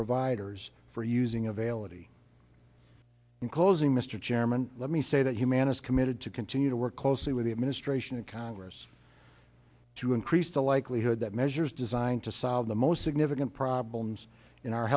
providers for using available in closing mr chairman let me say that humanise committed to continue to work closely with the administration and congress to increase the likelihood that measures designed to solve the most significant problems in our